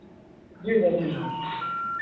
जी sir जी sir